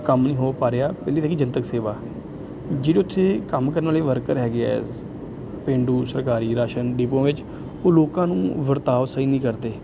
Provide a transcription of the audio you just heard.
ਕੰਮ ਨਹੀਂ ਹੋ ਪਾ ਰਿਹਾ ਪਹਿਲੀ ਤਾਂ ਹੈਗੀ ਜਨਤਕ ਸੇਵਾ ਜਿਹੜੇ ਉੱਥੇ ਕੰਮ ਕਰਨ ਵਾਲੇ ਵਰਕਰ ਹੈਗੇ ਆ ਪੇਂਡੂ ਸਰਕਾਰੀ ਰਾਸ਼ਨ ਡਿਪੂਆਂ ਵਿੱਚ ਉਹ ਲੋਕਾਂ ਨੂੰ ਵਰਤਾਓ ਸਹੀ ਨਹੀਂ ਕਰਦੇ